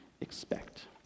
expect